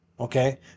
Okay